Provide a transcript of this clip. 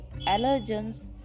allergens